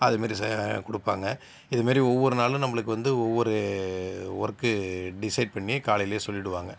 அதுமாதிரி சே கொடுப்பாங்க இதுமாதிரி ஒவ்வொரு நாளும் நம்மளுக்கு வந்து ஒவ்வொரு ஒர்க்கு டிஸைட் பண்ணி காலையிலேயே சொல்லிடுவாங்கள்